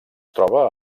troba